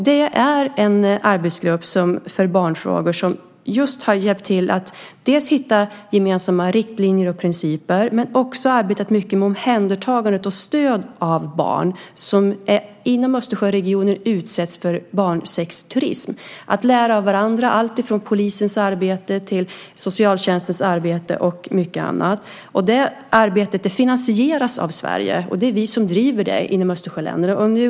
Det är en arbetsgrupp för barnfrågor som har hjälpt till att hitta gemensamma riktlinjer och principer. Man har också arbetat mycket med omhändertagande av och stöd för barn som inom östersjöregionen utsätts för barnsexturism. Man lär av varandra när det gäller polisens arbete och socialtjänstens arbete och mycket annat. Det arbetet finansieras av Sverige. Det är vi som driver det inom Östersjöländerna.